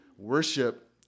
Worship